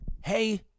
Hey